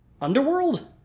Underworld